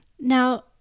Now